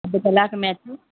अधि कलाकु में अचो